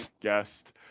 guest